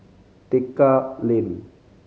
Tekka Lane